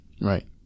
right